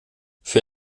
für